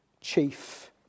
chief